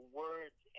words